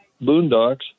boondocks